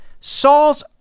Saul's